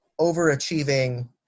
overachieving